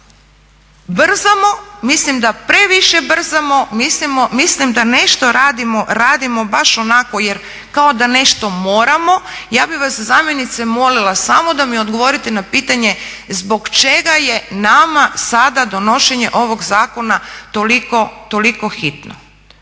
Brzamo, mislim da previše brzamo, mislim da nešto radimo, radimo baš onako, jer kao da nešto moramo. Ja bih vas zamjenice molila samo da mi odgovorite na pitanje zbog čega je nama sada donošenje ovog zakona toliko hitno